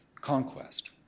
conquest